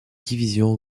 division